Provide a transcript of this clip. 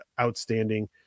outstanding